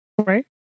Right